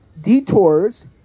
detours